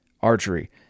Archery